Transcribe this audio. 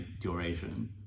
duration